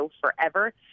forever